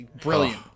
brilliant